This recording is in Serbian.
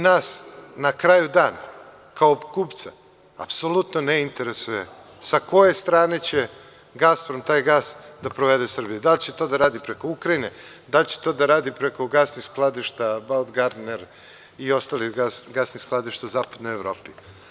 Nas na kraju dana kao kupca apsolutno ne interesuje sa koje strane će Gasprom taj gas da provedeSrbiji, da li će to radi preko Ukrajine, da li će to da radi preko gasnih skladišta „Baut Gardner“ i ostali gasnih skladišta u zapadnoj Evropi.